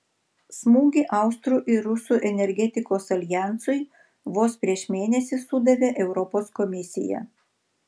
smūgį austrų ir rusų energetikos aljansui vos prieš mėnesį sudavė europos komisija